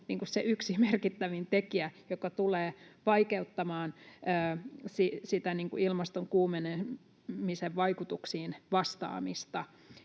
se yksi merkittävin tekijä, joka tulee vaikeuttamaan sitä ilmaston kuumenemisen vaikutuksiin vastaamista.